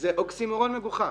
זה אוקסימורון מגוחך.